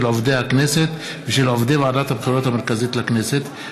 עובדי הכנסת ושל עובדי ועדת הבחירות המרכזית לכנסת),